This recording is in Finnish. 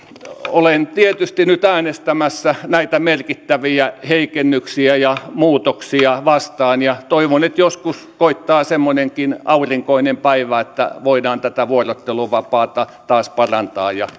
olen tietysti nyt äänestämässä näitä merkittäviä heikennyksiä ja muutoksia vastaan ja toivon että joskus koittaa semmoinenkin aurinkoinen päivä että voidaan tätä vuorotteluvapaata taas parantaa ja